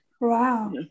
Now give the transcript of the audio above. wow